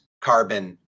carbon